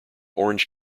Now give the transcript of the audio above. orange